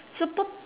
superp~